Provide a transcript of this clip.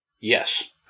Yes